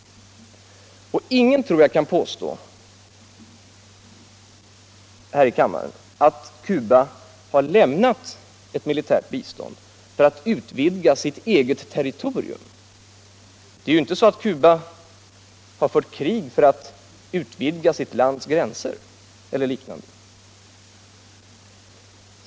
| Jag tror att ingen här i kammaren kan påstå att Cuba har lämnat militärt bistånd för att utvidga sill eget territorium. Det är inte så att Cuba har fört krig för att utvidga sitt lands gränser eller liknande.